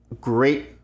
Great